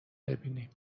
بیینیم